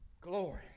Glory